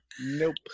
Nope